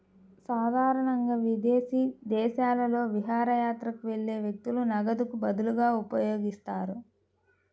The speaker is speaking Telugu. సాధారణంగా విదేశీ దేశాలలో విహారయాత్రకు వెళ్లే వ్యక్తులు నగదుకు బదులుగా ఉపయోగిస్తారు